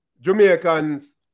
Jamaicans